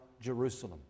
Jerusalem